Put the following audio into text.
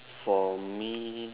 for me